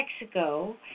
Mexico